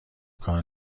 کار